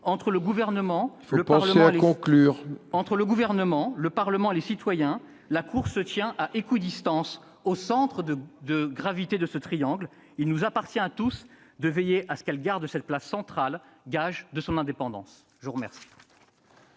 par le Gouvernement, le Parlement et les citoyens, la Cour se tient à équidistance, au centre de gravité. Il nous appartient à tous de veiller à ce qu'elle garde cette place centrale, gage de son indépendance. La parole